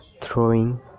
throwing